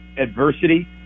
adversity